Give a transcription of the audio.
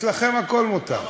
אצלכם הכול מותר.